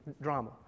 drama